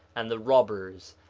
and the robbers,